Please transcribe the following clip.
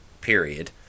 period